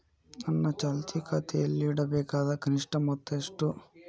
ನನ್ನ ಚಾಲ್ತಿ ಖಾತೆಯಲ್ಲಿಡಬೇಕಾದ ಕನಿಷ್ಟ ಮೊತ್ತ ಎಷ್ಟು?